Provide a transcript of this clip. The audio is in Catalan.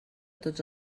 tots